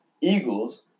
Eagles